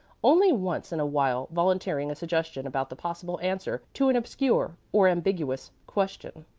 only once in a while volunteering a suggestion about the possible answer to an obscure or ambiguous question.